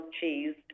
cheese